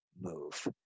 move